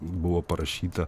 buvo parašyta